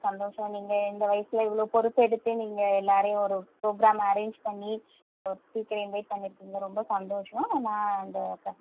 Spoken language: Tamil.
சந்தோசம் நீங்கள் இந்த வயசில் இவ்வளோ பொறுப்பு எடுத்து நீங்கள் எல்லோரையும் ஒரு புரோக்ராம் அரேஞ்ச் பண்ணி ஒரு ஸ்பீக்கரை இன்வைட் பண்ணியிருக்கீங்க ரொம்ப சந்தோசம் நான் இந்த இப்போ